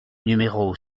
numéro